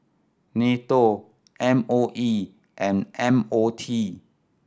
NATO M O E and M O T